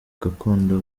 gakondo